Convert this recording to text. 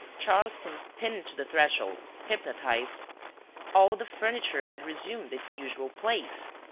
charles seemed pinned to the threshold, hypnotized all the furniture had resumed its usual place!